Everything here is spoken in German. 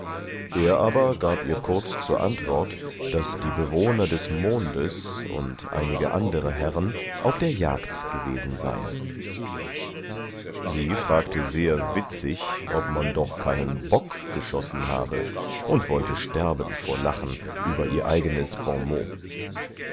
er aber gab ihr kurz zur antwort daß die bewohner des mondes und einige andere herren auf der jagd gewesen seien sie fragte sehr witzig ob man doch keinen bock geschossen habe und wollte sterben vor lachen über ihr eigenes bonmot